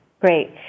Great